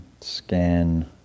scan